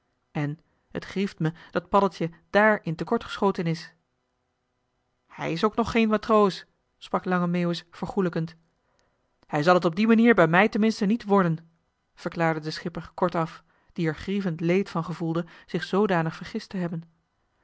en het grieft me dat paddeltje dààr in te kort geschoten is hij is ook nog geen matroos sprak lange meeuwis vergoelijkend hij zal het op die manier bij mij ten minste niet worden verklaarde de schipper kort af die er grievend leed van gevoelde zich zoodanig vergist te hebben